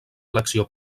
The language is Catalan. elecció